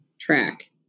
track